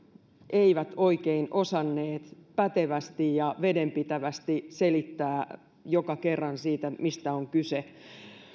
eivät oikein osanneet pätevästi ja vedenpitävästi joka kerran selittää mistä on kyse